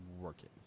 working